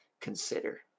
consider